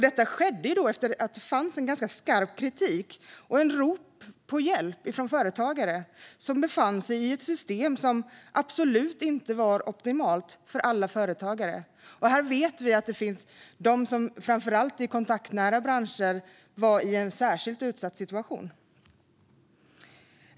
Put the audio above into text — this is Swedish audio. Det skedde efter skarp kritik och ett rop på hjälp från företagare som befann sig i ett system som absolut inte var optimalt för alla företagare. Vi vet att företag i framför allt kontaktnära branscher befann sig i en särskilt utsatt situation.